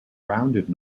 rounded